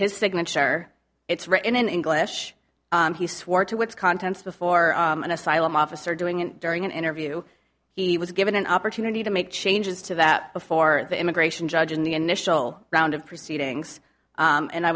his signature it's written in english he swore to its contents before an asylum officer doing it during an interview he was given an opportunity to make changes to that before the immigration judge in the initial round of proceedings and i